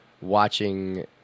watching